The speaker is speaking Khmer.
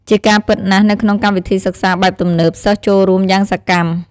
ជាការពិតណាស់ នៅក្នុងកម្មវិធីសិក្សាបែបទំនើប សិស្សចូលរួមយ៉ាងសកម្ម។